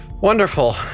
wonderful